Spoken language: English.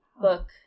book